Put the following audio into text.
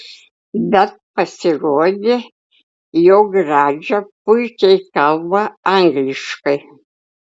bet pasirodė jog radža puikiai kalba angliškai